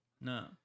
No